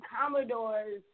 Commodores